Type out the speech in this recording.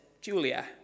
Julia